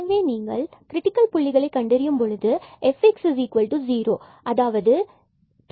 எனவே நீங்கள் கிரிட்டிக்கள் புள்ளிகளை கண்டறியும் பொழுது fx0 இவ்வாறு 2 x 22 x ஆகிறது